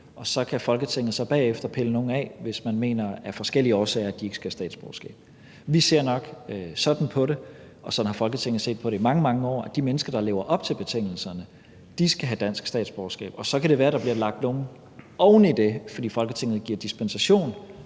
og så kan Folketinget bagefter pille nogle af, hvis man af forskellige årsager mener, at de ikke skal have statsborgerskab. Vi ser nok sådan på det – og sådan har Folketinget set på det i mange, mange år – at de mennesker, der lever op til betingelserne, skal have dansk statsborgerskab, og så kan det være, at der bliver lagt nogle oven i det, fordi Folketinget giver dispensation